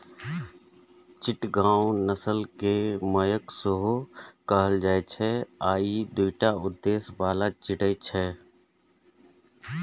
चिटगांव नस्ल कें मलय सेहो कहल जाइ छै आ ई दूटा उद्देश्य बला चिड़ै छियै